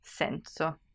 senso